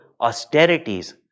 austerities